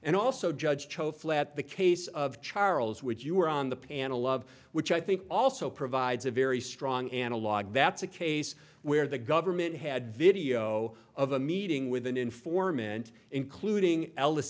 and also judge cho flat the case of charles which you were on the panel of which i think also provides a very strong analogue that's a case where the government had video of a meeting with an informant including el